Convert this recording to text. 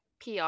PR